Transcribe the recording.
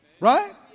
Right